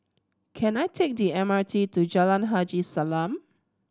can I take the M R T to Jalan Haji Salam